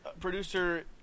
producer